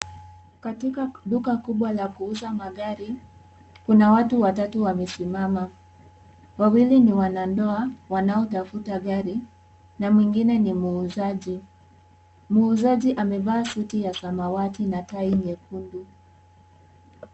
Katika duka kubwa la kuuza magari kuna watu watatu wamesimama ,wawili ni wanandoa wanaotafuta gari na mwingine ni muuzaji ,muuzaji amevaa suti ya samawati na tai nyekundu.